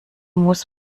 muss